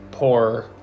Poor